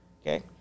okay